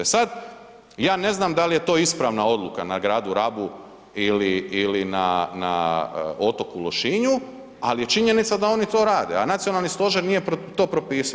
E sad, ja ne znam da li je to ispravna odluka na gradu Rabu ili na otoku Lošinju, ali je činjenica da oni to rade, a nacionalni stožer nije to popisao.